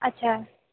আচ্ছা